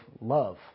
love